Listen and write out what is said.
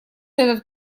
этот